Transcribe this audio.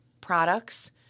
products